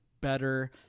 better